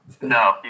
No